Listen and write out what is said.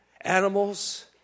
animals